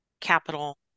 capital